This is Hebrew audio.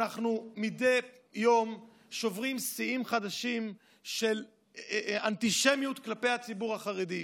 אנחנו מדי יום שוברים שיאים חדשים של אנטישמיות כלפי הציבור החרדי,